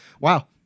wow